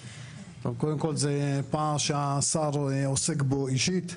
טוב, קודם כל זה פער שהשר עוסק בו אישית.